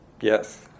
Yes